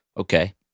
Okay